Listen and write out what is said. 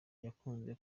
yakunze